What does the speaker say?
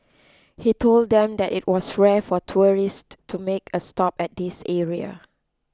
he told them that it was rare for tourists to make a stop at this area